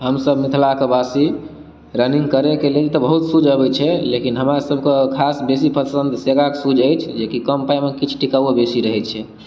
हमसब मिथिला के बासी रनिंग करै के लेल तऽ बहुत शूज अबै छै लेकिन हमरा सब के खास बेसी पसंद शेरा के शूज अछि जे कि कम पाइ मे किछु टिकाउओ बेसी रहैत छै